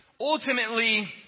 Ultimately